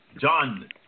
John